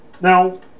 Now